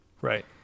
Right